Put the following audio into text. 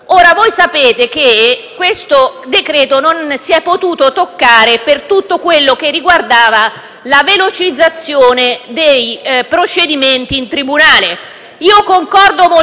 Voi sapete che in questo decreto-legge non si è potuto toccare per tutto quello che riguarda la velocizzazione dei procedimenti in tribunale. Io concordo assolutamente